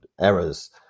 errors